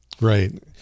Right